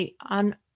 on